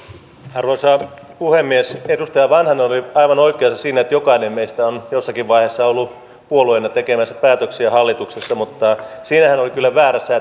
arvoisa puhemies edustaja vanhanen oli aivan oikeassa siinä että jokainen meistä on jossakin vaiheessa ollut puolueena tekemässä päätöksiä hallituksessa mutta siinä hän oli kyllä väärässä